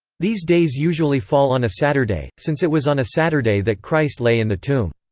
these days usually fall on a saturday, since it was on a saturday that christ lay in the tomb.